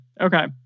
Okay